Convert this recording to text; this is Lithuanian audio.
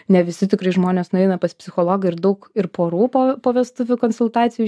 ne visi tikrai žmonės nueina pas psichologą ir daug ir porų po po vestuvių konsultacijų